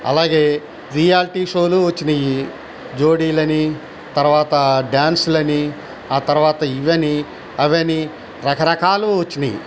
అలాగే రియాల్టీ షోలు వచ్చినయి జోడీలని తర్వాత డాన్స్లని ఆ తర్వాత ఇవనీ అవనీ రకరకాలు వచ్చినయి